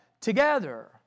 together